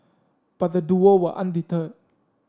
but the duo were undeterred